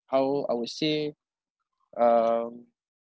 how I would say um